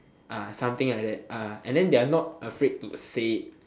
something like that and then they are not afraid to say it